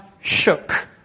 shook